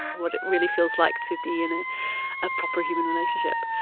what it really feels like to be in a ah proper human relationship.